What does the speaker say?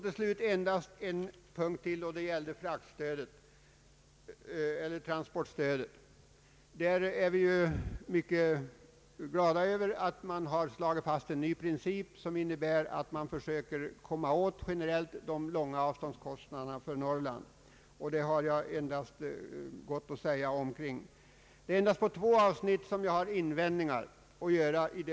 Till slut några ord om transportstödet. Vi är mycket glada över att man har slagit fast en ny princip, som innebär att man generellt försöker komma åt de dryga avståndskostnaderna i Norrland. Detta har jag endast gott att säga om. Bara på två avsnitt har jag för min del invändningar att göra.